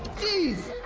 jeez.